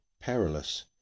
Perilous